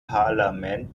parlament